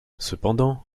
cependant